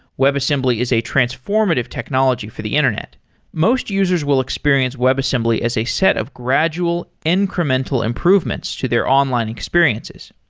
web assembly is a transformative technology for the internet. most users will experience web assembly as a set of gradual incremental improvements to their online experiences.